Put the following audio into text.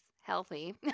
healthy